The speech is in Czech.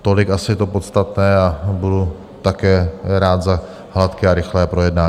Tolik asi je to podstatné a budu také rád za hladké a rychlé projednání.